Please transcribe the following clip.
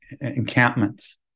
encampments